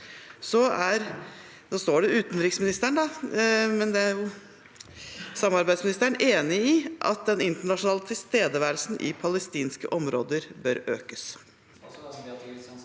altså utviklingsministeren – «enig i at den internasjonale tilstedeværelsen i palestinske områder bør økes?»